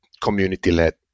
community-led